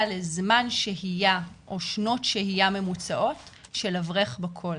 לזמן שהייה או שנות שהייה ממוצעות של אברך בכולל.